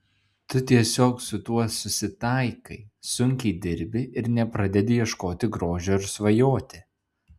tu tiesiog su tuo susitaikai sunkiai dirbi ir nepradedi ieškoti grožio ar svajoti